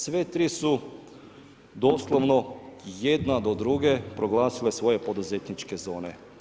Sve tri su doslovno jedna do druge proglasile svoje poduzetničke zone.